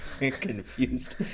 confused